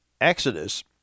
Exodus